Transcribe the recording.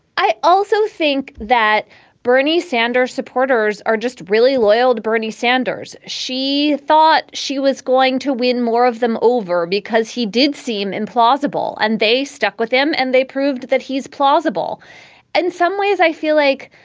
i also think that bernie sanders supporters are just really loyal to bernie sanders. she thought she was going to win more of them over because he did seem implausible and they stuck with him and they proved that he's plausible in and some ways i feel like,